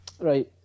Right